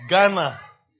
Ghana